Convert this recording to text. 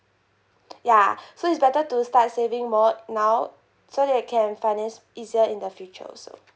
ya so it's better to start saving more now so that you can finance easier in the future also